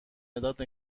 مداد